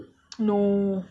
no